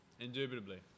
Indubitably